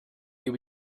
you